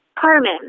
Carmen